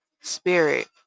spirit